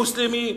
מוסלמי,